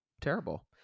terrible